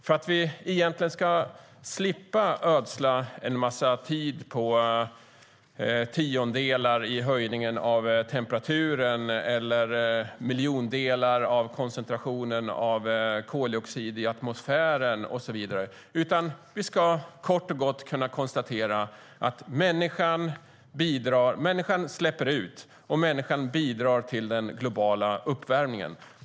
Då behöver vi inte ödsla en massa tid på tiondelar i höjningen av temperaturen eller miljondelar av koncentrationen av koldioxid i atmosfären och så vidare. I stället kan vi kort och gott konstatera att människan släpper ut och att människan bidrar till den globala uppvärmningen.